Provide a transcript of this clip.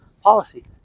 policy